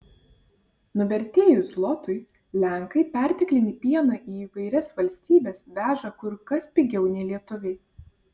nuvertėjus zlotui lenkai perteklinį pieną į įvairias valstybes veža kur kas pigiau nei lietuviai